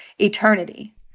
eternity